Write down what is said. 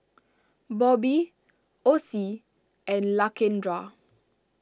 Bobbie Ossie and Lakendra